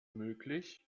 möglich